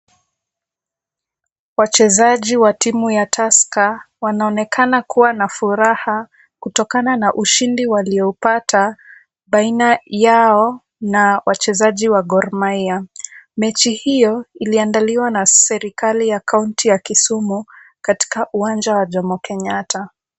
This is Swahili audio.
Wachezaji wa timu ya Tusker wanaonekana kuwa na furaha kutokana na ushindi waliopata baina yao na wachezaji wa Gor Mahia. Mechi hiyo iliandaliwa na serikali ya kaunti ya Kisumu, katika uwanja wa Jomo Kenyatta.